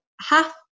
half